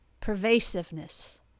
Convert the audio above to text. pervasiveness